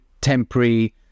temporary